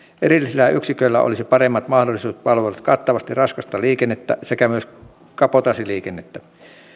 erillisillä yksiköillä olisi paremmat mahdollisuudet valvoa kattavasti raskasta liikennettä sekä myös kabotaasiliikennettä